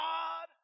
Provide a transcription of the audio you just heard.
God